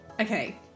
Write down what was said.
Okay